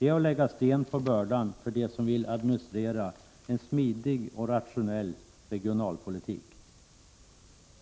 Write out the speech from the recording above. är att lägga sten på bördan för dem som vill administrera en smidig och rationell regionalpolitik.